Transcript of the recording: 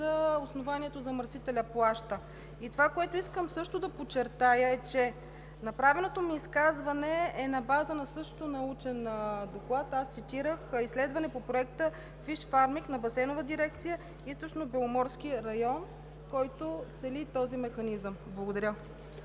за основанието – замърсителят плаща. Това, което искам да подчертая, е, че направеното ми изказване също е на база на научен доклад. Аз цитирах изследване по проекта FISHFARMING на Басейнова дирекция „Източнобеломорски район“, който цели този механизъм. Благодаря